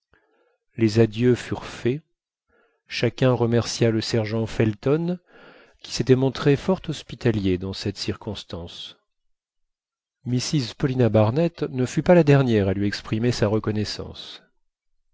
les adieux furent faits chacun remercia le sergent felton qui s'était montré fort hospitalier dans cette circonstance mrs paulina barnett ne fut pas la dernière à lui exprimer sa reconnaissance